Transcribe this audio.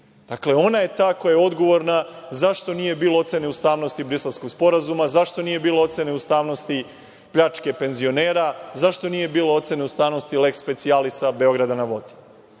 Dakle, ona je ta koja je odgovorna zašto nije bilo ocene ustavnosti Briselskog sporazuma, zašto nije bilo ocene ustavnosti pljačke penzionera, zašto nije bilo ocene ustavnosti leks specijalisa „Beograda na